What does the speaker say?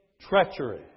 treachery